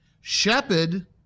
shepherd